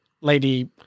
lady